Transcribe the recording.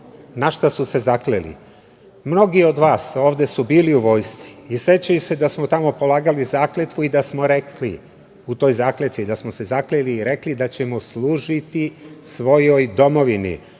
na šta su se zakleli. Mnogi od vas ovde su bili u vojsci i sećaju se da smo tamo polagali zakletvu i da smo rekli u toj zakletvi, da smo se zakleli i rekli da ćemo služiti svojoj domovini.